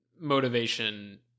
motivation